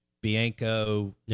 Bianco